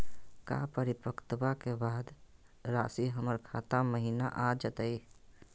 का परिपक्वता के बाद रासी हमर खाता महिना आ जइतई?